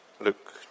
Look